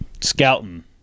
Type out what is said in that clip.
scouting